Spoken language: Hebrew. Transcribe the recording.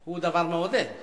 היא דבר מעודד.